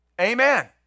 Amen